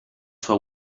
sua